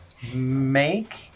Make